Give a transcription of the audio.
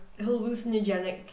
hallucinogenic